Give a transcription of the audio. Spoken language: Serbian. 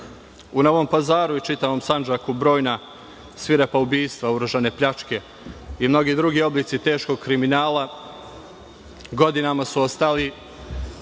U Novom Pazaru i čitavom Sandžaku brojna svirepa ubistva, oružane pljačke i mnogi drugi oblici teškog kriminala, godinama su ostali